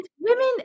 women